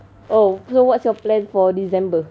oh so what's your plan for december